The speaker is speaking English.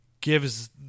gives